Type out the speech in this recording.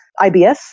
IBS